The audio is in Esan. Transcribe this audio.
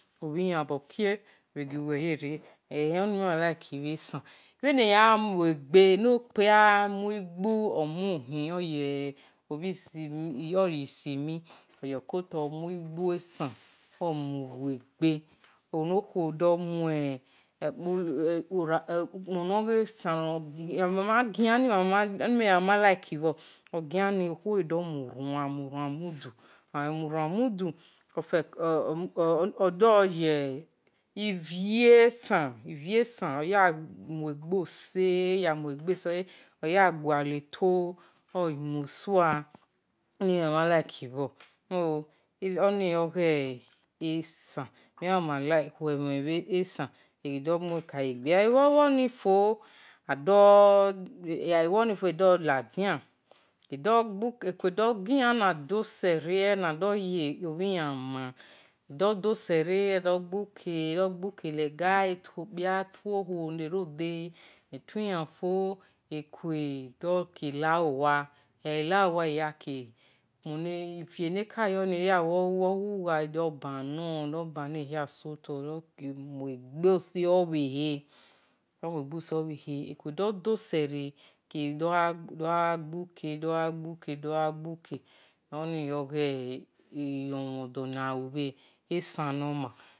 Obhi-yan bho kie bhe-giuwe yere agha-muegbie eno-kpia oni men mama like bhe esan bhe-ne yan muegbe eno-kpia oyi simi omu-egbu esan omu-yor oni mhen mama like bhor eno-khio khomu-ukpon-no-ghe-esan no gia-noghia ni me mama like bhor omuruan mudu-odo muevie esan oya wale-to ohumosewa oni mhen mama like bho so oni oghe esan agha-ghi luo-nonifo ido-ladion akue doghi yan na do sere edo yo-bhi yan maa edo-gbuke etuo-kpia ti okhuo egha gi tui-yan fo ebhe dokiela uwo wa egha ha-uwo wani eneka yo, ekie do-banor do kie muegbose obhe he ekue do-dosere ekiedho gha gbu ke oni oge ilomhon-dona hu-bhe esan noma.